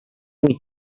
with